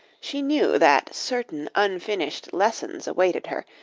she knew that certain unfinished lessons awaited her,